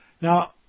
Now